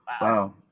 Wow